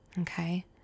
Okay